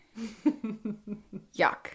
Yuck